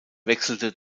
wechselte